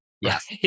Yes